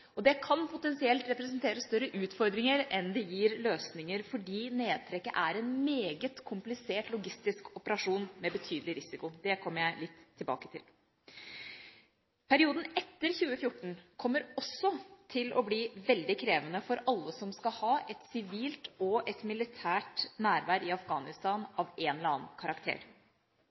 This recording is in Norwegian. og det kan potensielt representere større utfordringer enn det gir løsninger, fordi nedtrekket er en meget komplisert logistisk operasjon med betydelig risiko. Det kommer jeg litt tilbake til. Perioden etter 2014 kommer også til å bli veldig krevende for alle som skal ha et sivilt og et militært nærvær i Afghanistan av en eller annen karakter.